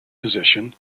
position